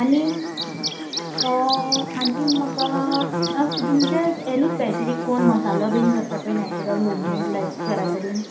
आनी आनी म्हाका तुमचे एनी स्पेसिफीक कोण मसालो बीन करता पय नॅचरल होम मेड लायक घरा कडेन